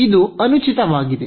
ಇದು ಅನುಚಿತವಾಗಿದೆ